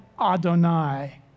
Adonai